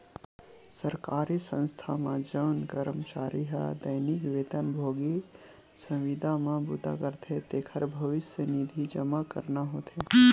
सरकारी संस्था म जउन करमचारी ह दैनिक बेतन भोगी, संविदा म बूता करथे तेखर भविस्य निधि जमा करना होथे